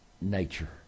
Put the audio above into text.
nature